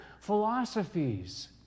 philosophies